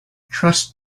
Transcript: trust